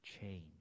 change